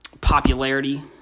popularity